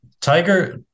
Tiger